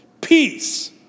Peace